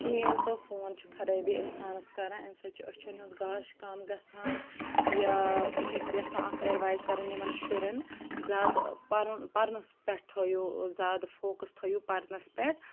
کِہیٖنۍ تہٕ فون چھُ خرٲبی اِنسانَس کَران امہِ سۭتۍ چھُ أچھن ہُنٛد گاش کَم گژھان یا بہٕ چھَس یَژھان اَکھ ایٮ۪ڈوایز کَرٕنۍ یِمَن شُرٮ۪ن زیادٕ پَرُن پَرنَس پٮ۪ٹھ تھٲیِو زیادٕ فوکَس تھٲیِو پَرنَس پٮ۪ٹھ